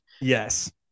Yes